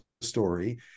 story